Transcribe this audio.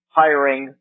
hiring